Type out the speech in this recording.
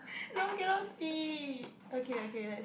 no cannot see okay okay lets